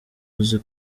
uzi